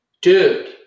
Dude